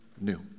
new